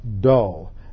dull